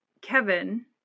Kevin